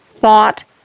thought